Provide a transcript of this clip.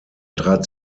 trat